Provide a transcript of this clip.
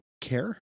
care